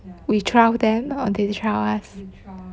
we trial them or they trial us